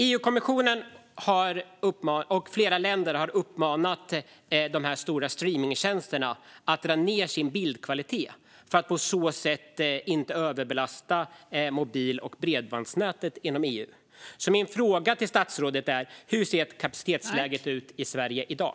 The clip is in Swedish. EU-kommissionen och flera länder har uppmanat de stora streamingtjänsterna att dra ned på bildkvaliteten för att på så sätt inte överbelasta mobil och bredbandsnäten inom EU. Min fråga till statsrådet är därför: Hur ser kapacitetsläget ut i Sverige i dag?